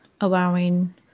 allowing